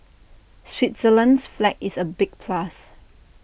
Switzerland's flag is A big plus